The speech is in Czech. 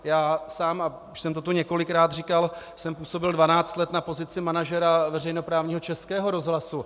Já sám, a už jsem to tu několikrát říkal, jsem působil dvanáct let na pozici manažera veřejnoprávního Českého rozhlasu.